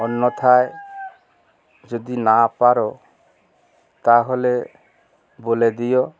অন্যথায় যদি না পারো তাহলে বলে দিও